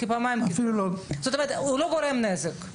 הוא לא גורם נזק.